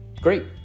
Great